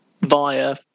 via